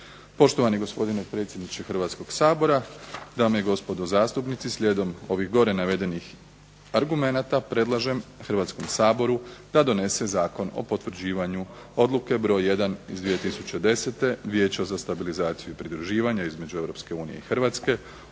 Poštovani gospodine predsjedniče Hrvatskoga sabora, dame i gospodo zastupnici, slijedom ovim gore navedenih argumenata predlažem Hrvatskom saboru da donese Zakon o potvrđivanju odluke broj 1. iz 2010. Vijeća za stabilizaciju i pridruživanje, između Europske unije i Hrvatske